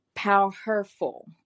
Powerful